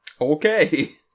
Okay